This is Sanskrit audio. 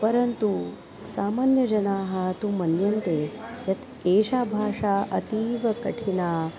परन्तु सामान्यजनाः तु मन्यन्ते यत् एषा भाषा अतीवकठिना